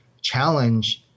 challenge